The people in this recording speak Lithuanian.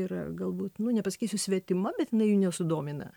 yra galbūt nu nepasakysiu svetima bet jinai jų nesudomina